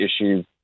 issues